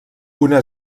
una